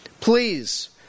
Please